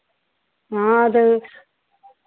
हाँ तो